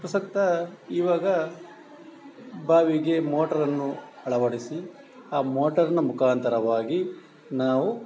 ಪ್ರಸಕ್ತ ಇವಾಗ ಬಾವಿಗೆ ಮೋಟ್ರನ್ನು ಅಳವಡಿಸಿ ಆ ಮೋಟಾರ್ನ ಮುಖಾಂತರವಾಗಿ ನಾವು